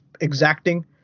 exacting